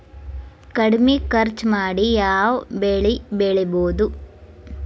ಕಡಮಿ ಖರ್ಚ ಮಾಡಿ ಯಾವ್ ಬೆಳಿ ಬೆಳಿಬೋದ್?